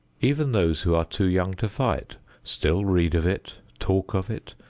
even those who are too young to fight still read of it, talk of it,